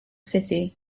city